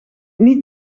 niet